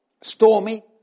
stormy